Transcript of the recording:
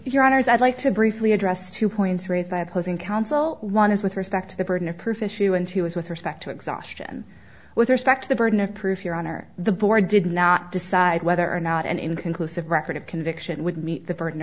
your honors i'd like to briefly address two points raised by opposing counsel one is with respect to the burden of proof issue and he was with respect to exhaustion with respect to the burden of proof your honor the board did not decide whether or not an inconclusive record of conviction would meet the burden